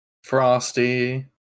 Frosty